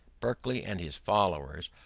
berkeley and his followers,